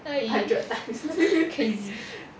I crazy